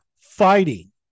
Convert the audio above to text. fighting